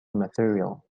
material